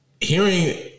hearing